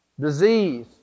disease